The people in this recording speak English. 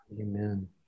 Amen